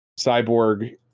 Cyborg